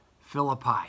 Philippi